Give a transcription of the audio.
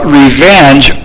revenge